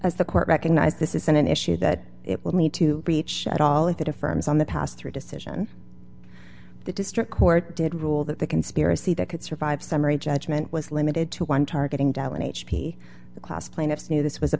court recognized this isn't an issue that it will need to reach at all if it affirms on the pass through decision the district court did rule that the conspiracy that could survive summary judgment was limited to one targeting dell and h p the class plaintiffs knew this was a